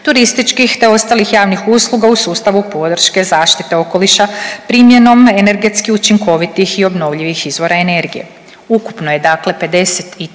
turističkih te ostalih javnih usluga u sustavu podrške zaštite okoliša primjenom energetski učinkovitih i obnovljivih izvora energije. Ukupno je dakle 53